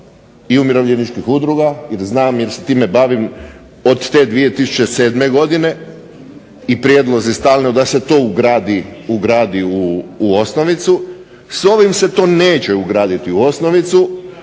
i umirovljeničkih udruga, jer znam jer se time bavim od te 2007. godine i prijedlog je stalno da se to ugradi u osnovicu. S ovim se to neće ugraditi u osnovicu.